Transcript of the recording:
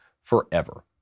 forever